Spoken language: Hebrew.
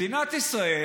מדינת ישראל,